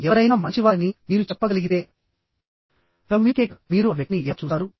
ఎవరైనా మంచివారని మీరు చెప్పగలిగితే కమ్యూనికేటర్ మీరు ఆ వ్యక్తిని ఎలా చూస్తారు